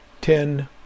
ten